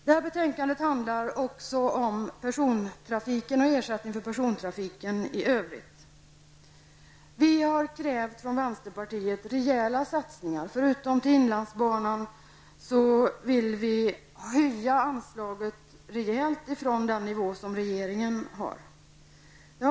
Detta betänkande handlar också om persontrafiken och ersättningen för persontrafiken i övrigt. Vi i vänsterpartiet har krävt rejäla satsningar även på andra delar än inlandsbanan. Vi vill höja anslaget rejält från den nivå som regeringen anger.